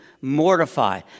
mortify